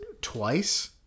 twice